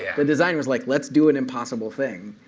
the design was, like let's do an impossible thing,